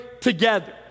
together